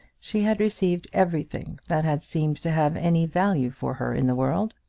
she had received everything that had seemed to have any value for her in the world.